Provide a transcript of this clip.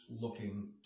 looking